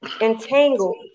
entangled